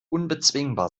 unbezwingbar